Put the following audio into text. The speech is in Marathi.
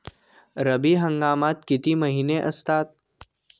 रब्बी हंगामात किती महिने असतात?